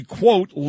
quote